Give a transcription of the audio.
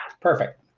Perfect